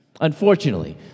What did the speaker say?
Unfortunately